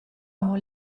amo